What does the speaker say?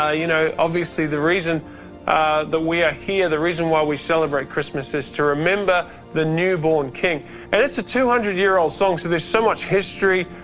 ah you know, obviously the reason that we are here, the reason why we celebrate christmas is to remember the newborn king and it's a two hundred year old song so there's so much history.